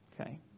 Okay